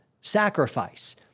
sacrifice